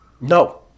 No